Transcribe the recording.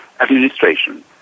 administration